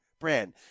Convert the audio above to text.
brand